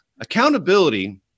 Accountability